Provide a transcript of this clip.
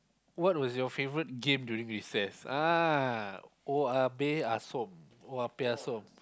what was your favourite game during recess uh oya-beh-ya-som oya-beh-ya-som